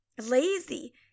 lazy